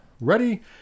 ready